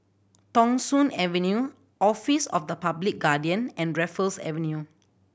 Thong Soon Avenue Office of the Public Guardian and Raffles Avenue